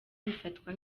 bifatwa